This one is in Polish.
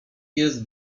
jest